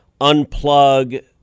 unplug